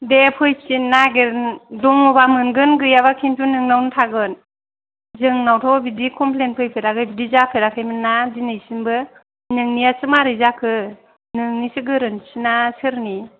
दे फैफिन नागेर दङब्ला मोनगोन गैयाबा खिन्थु नोंनावनो थागोन जोंनावथ' बिदि कमप्लेन फैफेराखै बिदि जाफेराखैमोन ना दिनैसिमबो नोंनियासो मारै जाखो नोंनिसो गोरोन्थिना सोरनि